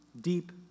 deep